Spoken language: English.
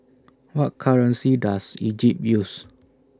What currency Does Egypt use